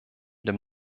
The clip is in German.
dem